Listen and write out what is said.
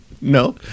No